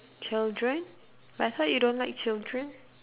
children but I thought you don't like children